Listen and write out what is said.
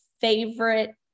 favorite